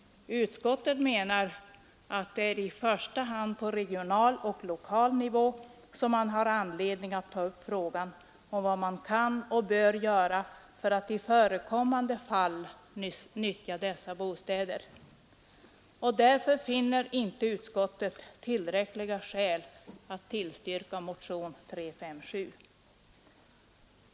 Utskottet menar att det är ”i första hand på regional och lokal nivå som man har anledning att ta upp frågan om vad man kan och bör göra för att i förekommande fall utnyttja dessa bostäder”. Därför finner inte utskottet tillräckliga skäl att tillstyrka motionen 357.